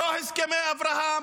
לא הסכמי אברהם